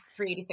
386